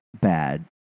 bad